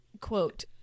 quote